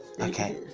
Okay